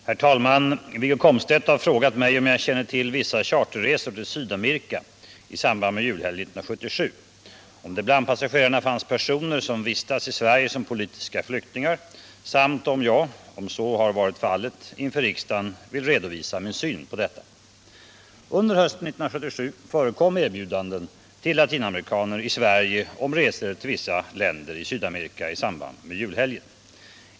Herr talman! Wiggo Komstedt har frågat mig om jag känner till vissa charterresor till Sydamerika i samband med julhelgen 1977, om det bland passagerarna fanns personer som vistas i Sverige som politiska flyktingar samt om jag — om så har varit fallet — inför riksdagen vill redovisa min syn på detta. Under hösten 1977 förekom erbjudanden till latinamerikaner i Sverige om resor till vissa länder 1 Sydamerika i samband med julhelgen.